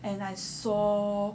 and I saw